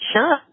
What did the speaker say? Sure